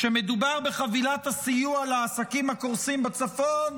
כשמדובר בחבילת הסיוע לעסקים הקורסים בצפון,